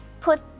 put